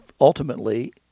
ultimately